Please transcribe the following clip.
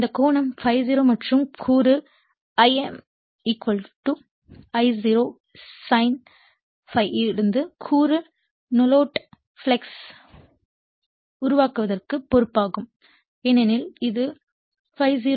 எனவே இந்த கோணம் ∅0 மற்றும் கூறு Im I0 sin ∅ இந்த கூறு நோலோட் ஃப்ளக்ஸ் யை உருவாக்குவதற்கு பொறுப்பாகும் ஏனெனில் இது ∅0